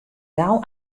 gau